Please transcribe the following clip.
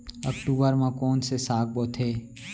अक्टूबर मा कोन से साग बोथे?